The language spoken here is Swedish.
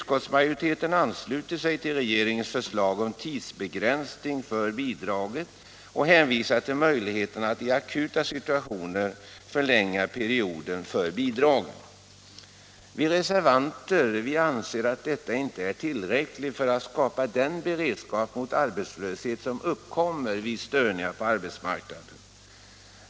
Utskottsmajoriteten ansluter sig till regeringens förslag om tidsbegränsning för bidraget och hänvisar till möjligheten att i akuta situationer förlänga perioden för bidrag. Vi reservanter anser att detta inte är tillräckligt för att skapa den beredskap mot arbetslöshet som uppkommer vid störningar på arbetsmarknaden.